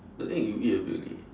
the egg you eat a bit only